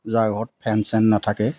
যাৰ ঘৰত ফেন চেন নাথাকে